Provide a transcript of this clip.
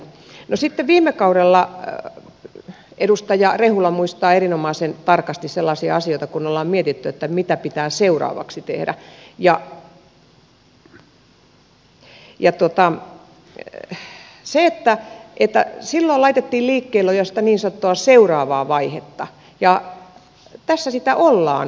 no sitten viime kaudella edustaja rehula muistaa erinomaisen tarkasti sellaisia asioita kun on mietitty mitä pitää seuraavaksi tehdä silloin laitettiin liikkeelle jo sitä niin sanottua seuraavaa vaihetta ja tässä sitä ollaan